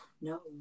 No